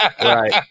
Right